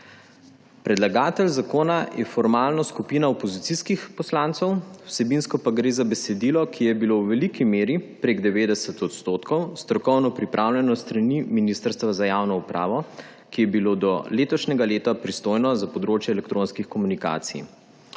Predlagatelj zakona je formalno skupina opozicijskih poslancev, vsebinsko pa gre za besedilo, ki je bilo v veliki meril, preko 90 %, strokovno pripravljeno s strani Ministrstva za javno upravo, ki je bilo do letošnjega leta pristojno za področje elektronskih komunikacij.